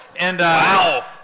Wow